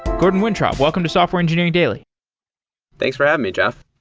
gordon wintrob, welcome to software engineering daily thanks for having me, jeff.